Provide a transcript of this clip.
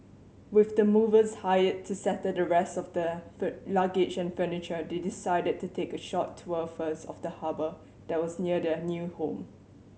with the movers hired to settle the rest of their luggage and furniture they decided to take a short tour first of the harbour that was near their new home